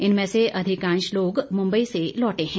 इनमें से अधिकांश लोग मुम्बई से लौटे हैं